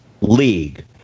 league